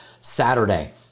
Saturday